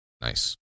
Nice